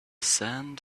sand